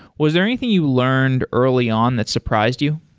was there anything you learned early on that surprised you?